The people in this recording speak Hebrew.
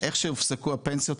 איך שהופסקו הפנסיות,